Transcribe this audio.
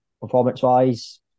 Performance-wise